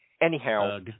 anyhow